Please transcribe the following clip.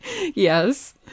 Yes